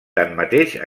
tanmateix